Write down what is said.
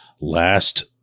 last